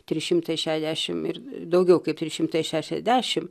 trys šimtai šešiasdešimt ir daugiau kaip trys šimtai šešiasdešimt